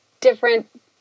different